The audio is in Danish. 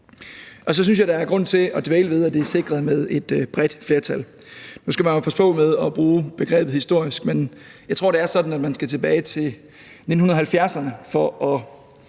nu. Så synes jeg, der er grund til at dvæle ved, at det er sikret med et bredt flertal. Nu skal man jo passe på med at bruge begrebet historisk, men jeg tror, det er sådan, at man skal tilbage til 1970'erne for at